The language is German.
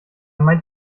meint